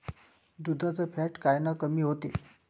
दुधाचं फॅट कायनं कमी होते?